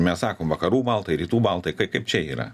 mes sakom vakarų baltai rytų baltai kai kaip čia yra